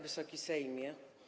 Wysoki Sejmie!